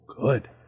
good